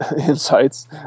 insights